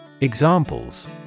Examples